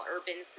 Urban